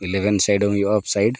ᱤᱞᱮᱵᱷᱮᱱ side ᱦᱚᱸ ᱦᱩᱭᱩᱜᱼᱟ of side